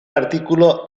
artículo